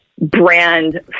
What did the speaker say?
brand